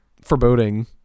foreboding